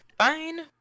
fine